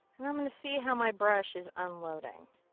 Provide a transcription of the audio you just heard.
and i'm gonna see how my brush is unloading.